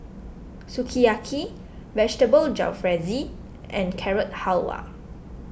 Sukiyaki Vegetable Jalfrezi and Carrot Halwa